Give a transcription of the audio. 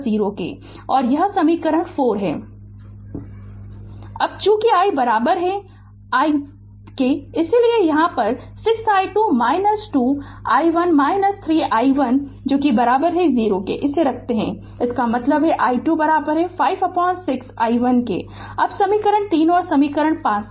Refer Slide Time 1653 अब चूंकि I i1 इसलिए यहां 6 i2 2 i1 3 i1 0 रखें इसका मतलब है i2 5 6 i1 अब समीकरण 3 और समीकरण 5 से